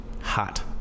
hot